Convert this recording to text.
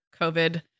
COVID